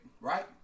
right